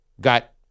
got